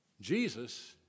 Jesus